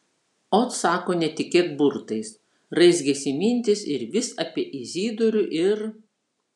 ot sako netikėk burtais raizgėsi mintys ir vis apie izidorių ir